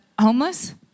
homeless